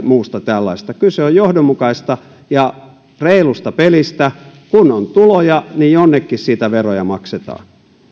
muusta tällaisesta kyse on johdonmukaisesta ja reilusta pelistä kun on tuloja niin jonnekin siitä veroja maksetaan